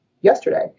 yesterday